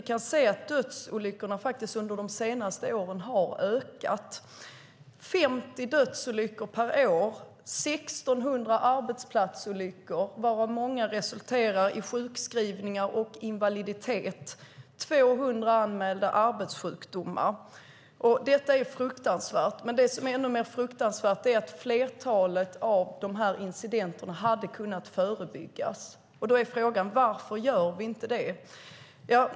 Vi kan se att antalet dödsolyckor under de senaste åren har ökat. Det är 50 dödsolyckor per år. Det är 1 600 arbetsplatsolyckor, varav många resulterar i sjukskrivningar och invaliditet, och 200 anmälda arbetssjukdomar. Detta är fruktansvärt. Men det som är ännu mer fruktansvärt är att flertalet av dessa incidenter hade kunnat förebyggas. Då är frågan: Varför gör vi inte det?